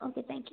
okay thank you